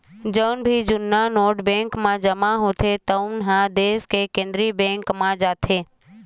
जउन भी जुन्ना नोट बेंक म जमा होथे तउन ह देस के केंद्रीय बेंक म जाथे